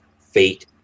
fate